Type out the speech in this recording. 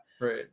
Right